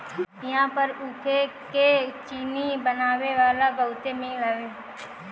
इहां पर ऊखी के चीनी बनावे वाला बहुते मील हवे